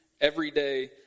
everyday